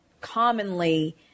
commonly